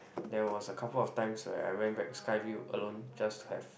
there was a couple of times where I went back Skyview alone just have